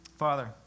Father